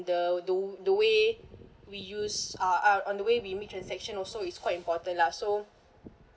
the the the way we use uh uh on the way we make transaction also is quite important lah so